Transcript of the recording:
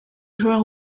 joueur